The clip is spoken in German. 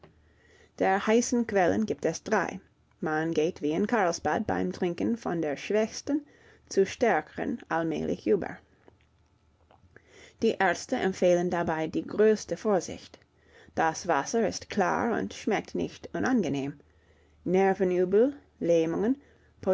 der heißen quellen gibt es drei man geht wie in karlsbad beim trinken von der schwächsten zur stärkeren allmählich über die ärzte empfehlen dabei die größte vorsicht das wasser ist klar und schmeckt nicht unangenehm nervenübel lähmungen